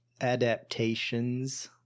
adaptations